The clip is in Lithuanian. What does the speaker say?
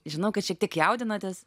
žinau kad šiek tiek jaudinatės